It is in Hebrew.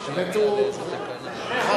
זה שני